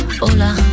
Hola